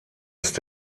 ist